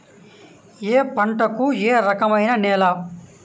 ఏ పంటకు ఏ రకమైన నేల?